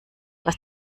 was